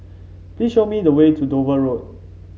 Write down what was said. please show me the way to Dover Road